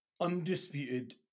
undisputed